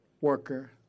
worker